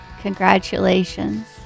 congratulations